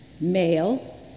Male